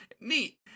Neat